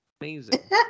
amazing